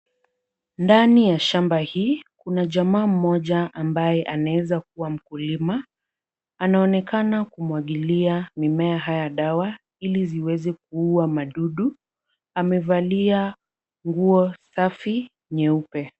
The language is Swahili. Ndani ya shamba hii kuna jamaa mmoja ambaye anaeza kuwa mkulima, anaonekana kumwagilia mimea haya dawa ili ziweze kuuwa madudu. Amevalia nguo safi nyeupe.